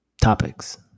topics